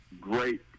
great